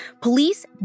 Police